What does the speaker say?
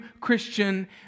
Christian